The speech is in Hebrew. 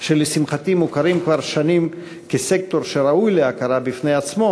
שלשמחתי מוכרים כבר שנים כסקטור שראוי להכרה בפני עצמו,